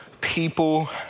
people